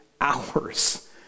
hours